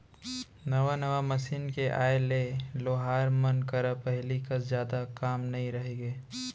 नवा नवा मसीन के आए ले लोहार मन करा पहिली कस जादा काम नइ रइगे